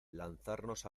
lanzarnos